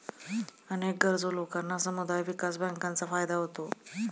अनेक गरजू लोकांना समुदाय विकास बँकांचा फायदा होतो